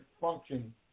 function